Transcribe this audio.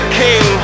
king